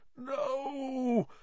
No